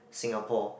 Singapore